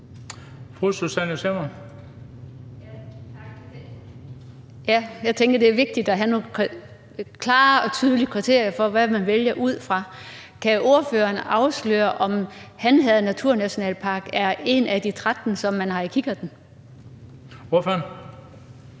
Jeg tænker, at det er vigtigt at have nogle klare og tydelige kriterier for, hvad man vælger ud fra. Kan ordføreren afsløre, om en naturnationalpark i Han Herred er en af de 13, som man har i kikkerten?